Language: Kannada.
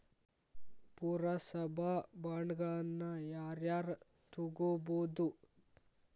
ಪುರಸಭಾ ಬಾಂಡ್ಗಳನ್ನ ಯಾರ ಯಾರ ತುಗೊಬೊದು?